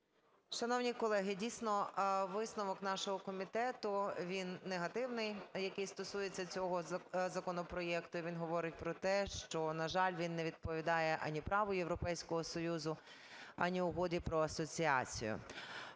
Шановні колеги, дійсно, висновок нашого комітету він негативний, який стосується цього законопроекту, і він говорить про те, що, на жаль, він не відповідає, ані праву Європейського Союзу, ані Угоді про асоціацію.